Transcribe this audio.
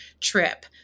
trip